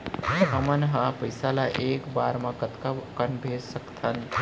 हमन ह पइसा ला एक बार मा कतका कन भेज सकथन?